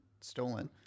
stolen